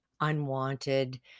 unwanted